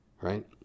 Right